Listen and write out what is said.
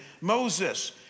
Moses